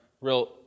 real